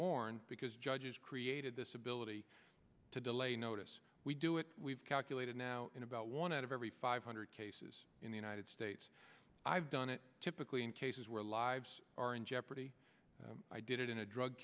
born because judges created this ability to delay notice we do it we've calculated now in about one out of every five hundred cases in the united states i've done it typically in cases where lives are in jeopardy i did it in a drug